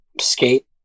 skate